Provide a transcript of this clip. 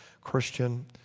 Christian